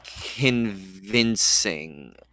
convincing